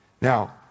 Now